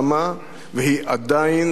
והיא עדיין בעיצומה.